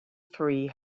three